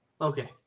Okay